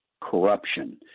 corruption